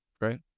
right